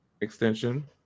extension